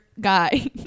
guy